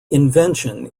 invention